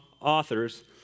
authors